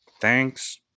Thanks